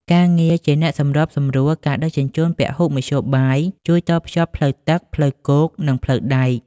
ការងារជាអ្នកសម្របសម្រួលការដឹកជញ្ជូនពហុមធ្យោបាយ ជួយតភ្ជាប់ផ្លូវទឹក ផ្លូវគោក និងផ្លូវដែក។